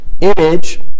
Image